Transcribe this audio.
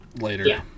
later